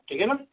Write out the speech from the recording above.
ठीक है ना